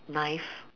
knife